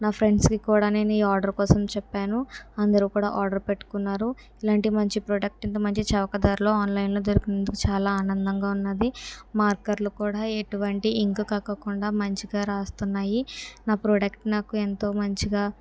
నా ఫ్రెండ్స్కి కూడా నేను ఈ ఆర్డర్ కోసం చెప్పాను అందరు కూడా ఆర్డర్ పెట్టుకున్నారు ఇలాంటి మంచి ప్రోడక్ట్ ఇంత మంచి చౌక ధరలో ఆన్లైన్లో దొరికినందుకు చాలా ఆనందంగా ఉన్నది మార్కర్లు కూడా ఎటువంటి ఇంక్ కక్కకుండా మంచిగా వ్రాస్తున్నాయి నా ప్రోడక్ట్ నాకు ఎంతో మంచిగా